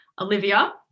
Olivia